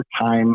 time